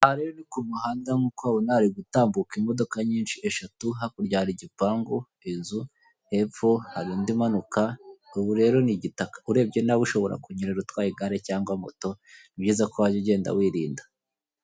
Ku muhanda nk'uko ubibona hari gutambuka imodoka nyinshi eshatu, hakurya hari igipangu, inzu hepfo hari undi umanuka ubu rero ni igitaka urebye niba ushobora kunyerera utwaraye igare cyangwa moto, ni byiza ko wajya ugenda wirinda.